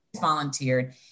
volunteered